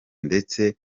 ndetse